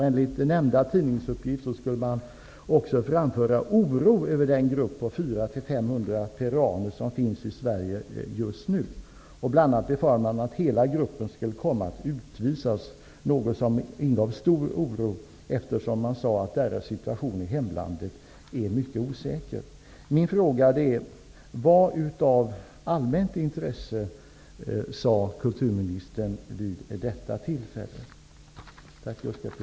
Enligt nämnda tidningsuppgift skulle de också framföra att de känner oro över den grupp på 400-- 500 peruaner som finns i Sverige just nu. De befarade bl.a. att hela gruppen skulle komma att utvisas -- något som ingav stor oro, eftersom peruanernas situation i hemlandet sades vara mycket osäker. Vad av allmänt intresse sade kulturministern vid detta tillfälle?